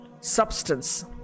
substance